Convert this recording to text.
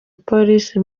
polisi